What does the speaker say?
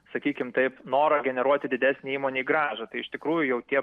sakykim taip norą generuoti didesnę įmonei grąžą tai iš tikrųjų jau tie